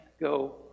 go